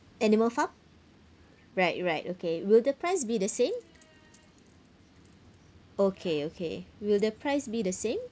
animal farm right right okay will the price be the same okay okay will the price be the same